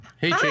Hey